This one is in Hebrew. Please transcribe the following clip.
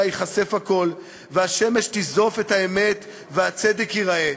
ייחשף הכול והשמש תשזוף את האמת והצדק ייראה,